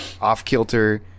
Off-kilter